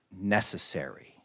necessary